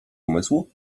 umysłu